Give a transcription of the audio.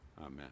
Amen